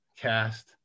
cast